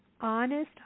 honest